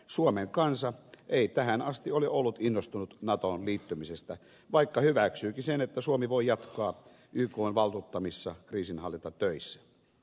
suomen kansa ei tähän asti ole ollut innostunut natoon liittymisestä vaikka hyväksyykin sen että suomi voi jatkaa ykn valtuuttamissa kriisinhallintatöissä